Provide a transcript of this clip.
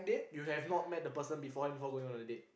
you have not met the person before before going on the date